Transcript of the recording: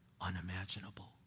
unimaginable